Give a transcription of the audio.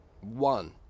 One